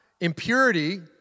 Impurity